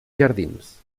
jardins